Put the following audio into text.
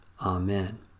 Amen